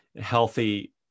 healthy